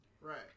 Right